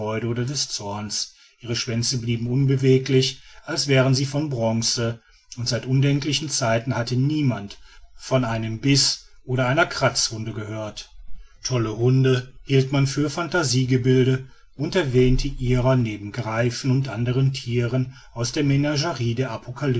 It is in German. des zorns ihre schwänze blieben unbeweglich als wären sie von bronze und seit undenklichen zeiten hatte niemand von einem biß oder einer kratzwunde gehört tolle hunde hielt man für phantasiegebilde und erwähnte ihrer neben greifen und anderen thieren aus der